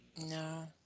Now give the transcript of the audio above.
No